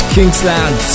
Kingsland